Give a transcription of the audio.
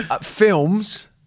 Films